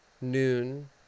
noon